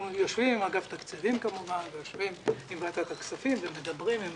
אנחנו יושבים עם אגף התקציבים כמובן ועם ועדת הכספים ומדברים,